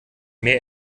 mehr